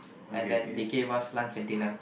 and then they give us lunch and dinner